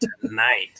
tonight